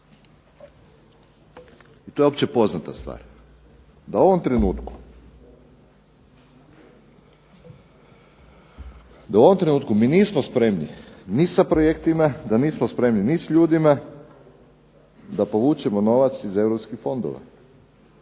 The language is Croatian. i to je opće poznata stvar, da u ovom trenutku mi nismo spremni ni sa projektima, da nismo spremni ni s ljudima da povučemo novac iz europskih fondova